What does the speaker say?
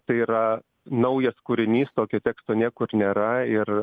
tai yra naujas kūrinys tokio teksto niekur nėra ir